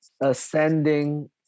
ascending